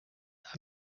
are